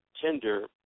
tender